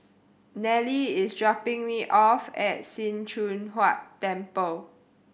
Nelly is dropping me off at Sim Choon Huat Temple